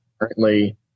currently